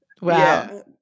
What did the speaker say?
Wow